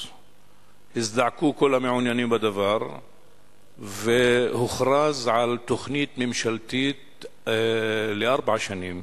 הזדעקו כל המעוניינים בדבר והוכרז על תוכנית ממשלתית לארבע שנים.